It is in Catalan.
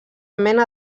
mena